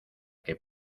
que